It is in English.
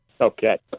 Okay